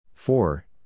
Four